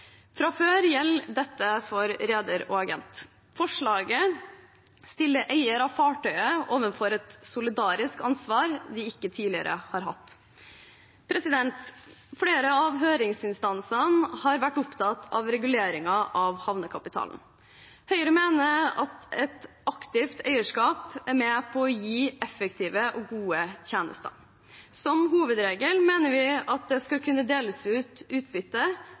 Fra før gjelder dette for reder og agent. Forslaget stiller eier av fartøyet overfor et solidarisk ansvar de tidligere ikke har hatt. Flere av høringsinstansene har vært opptatt av reguleringen av havnekapitalen. Høyre mener at et aktivt eierskap er med på å gi effektive og gode tjenester. Som hovedregel mener vi at det skal kunne deles ut utbytte